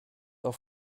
auf